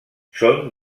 són